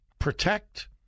protect